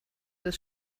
des